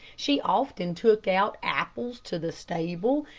she often took out apples to the stable,